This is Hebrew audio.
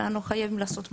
אנחנו חייבים לעשות משהו.